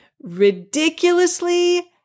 Ridiculously